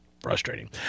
Frustrating